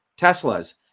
Teslas